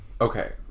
okay